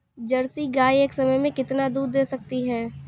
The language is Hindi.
जर्सी गाय एक समय में कितना दूध दे सकती है?